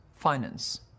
Finance